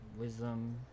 wisdom